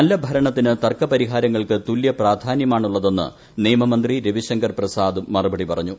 നല്ലഭരണത്തിന് തർക്ക പരിഹാരങ്ങൾക്ക് തുല്യപ്രാധാന്യമാണുളളതെന്ന് നിയമമന്ത്രി രവിശങ്കർ പ്രസാദ് മറുപടി പറഞ്ഞു